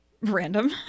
random